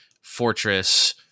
fortress